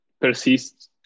persists